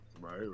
Right